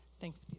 Thanks